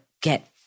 get